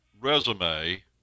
resume